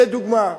לדוגמה,